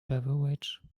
beverage